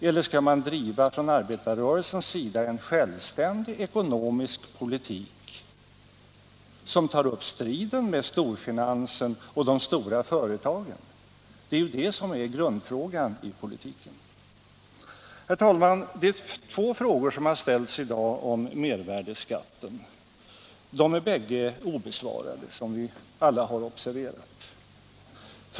Eller skall arbetarrörelsen driva en självständig ekonomisk politik som tar upp striden med storfinansen och de stora företagen? Det är ju det som är grundfrågan i politiken. Herr talman! Det är två frågor som har ställts i dag om mervärdeskatten. De är bägge obesvarade, som vi alla har observerat.